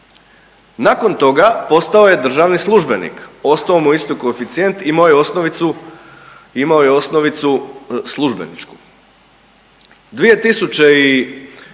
nakon toga postao je državni službenik, ostao mu je isti koeficijent i imao je osnovicu, imao